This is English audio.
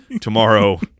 tomorrow